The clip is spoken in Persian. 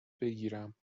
بگیرم